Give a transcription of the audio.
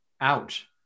Ouch